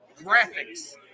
graphics